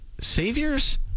Saviors